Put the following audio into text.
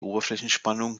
oberflächenspannung